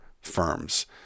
firms